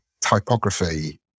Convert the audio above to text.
typography